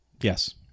Yes